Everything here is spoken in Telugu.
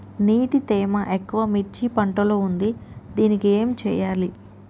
నీటి తేమ ఎక్కువ మిర్చి పంట లో ఉంది దీనికి ఏం చేయాలి?